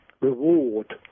reward